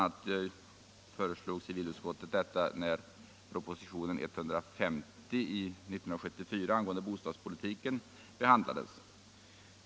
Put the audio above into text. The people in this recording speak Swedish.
a. föreslog civilutskottet detta när propositionen 150 år 1974 angående bostadspolitiken behandlades.